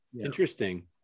interesting